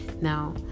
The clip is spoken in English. Now